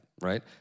right